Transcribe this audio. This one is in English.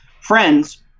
friends